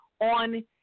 on